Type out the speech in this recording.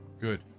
good